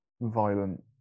violent